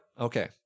Okay